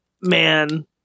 man